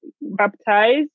baptized